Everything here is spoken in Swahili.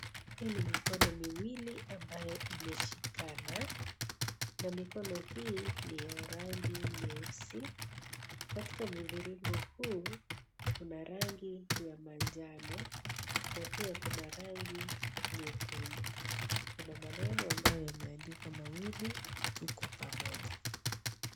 Hii ni mikono miwili ambayo imeshikana na mikono hii ni ya rangi nyeusi katika mviringo huu kuna rangi ya manjano na pia kuna rangi nyekundu, kuna maneno ambayo yameandikwa mawili tuko pamoja.